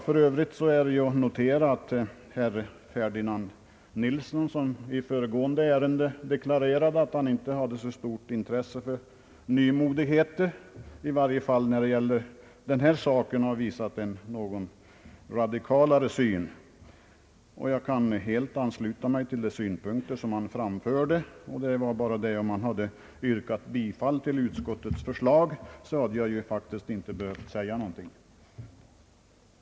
För övrigt är att notera att herr Ferdinand Nilsson, som i föregående ärende deklarerade att han inte har så stort intresse för nymodigheter, visar en något radikalare syn i detta sammanhang. Jag kan helt ansluta mig till de synpunkter som han framförde. Om han hade yrkat bifall till utskottets förslag, hade jag faktiskt inte behövt säga någonting. Herr talman!